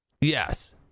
Yes